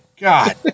God